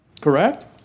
Correct